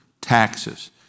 taxes